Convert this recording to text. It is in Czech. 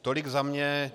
Tolik za mě.